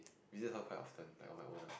visit her quite often like on my own ah